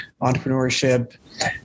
entrepreneurship